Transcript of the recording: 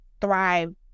thrive